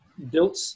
Built